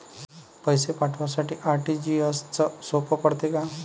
पैसे पाठवासाठी आर.टी.जी.एसचं सोप पडते का?